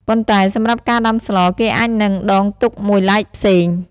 ប៉ុន្តែ សម្រាប់ការដំាស្ល គេអាចនឹងដងទុកមួយឡែកផ្សេង។